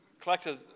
collected